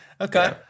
Okay